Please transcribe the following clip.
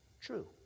True